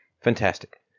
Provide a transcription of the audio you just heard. fantastic